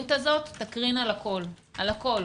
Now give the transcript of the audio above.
ההתנהלות הזו תקרין על הכול, על הכול.